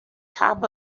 top